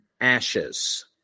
ashes